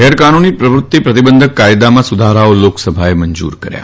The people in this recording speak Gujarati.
ગેરકાનૂની પ્રવૃતિ પ્રતિબંધક કાયદામાં સુધારાઓ લાકસભાએ મંજુર કર્યા